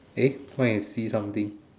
eh why I see something